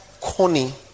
corny